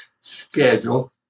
schedule